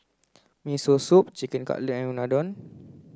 Miso Soup Chicken Cutlet and Unadon